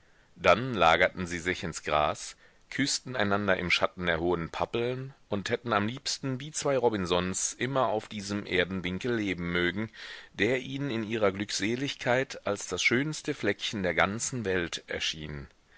dann lagerten sie sich ins gras küßten einander im schatten der hohen pappeln und hätten am liebsten wie zwei robinsons immer auf diesem erdenwinkel leben mögen der ihnen in ihrer glückseligkeit als das schönste fleckchen der ganzen welt erschien